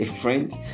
friends